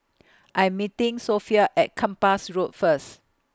I Am meeting Sophia At Kempas Road First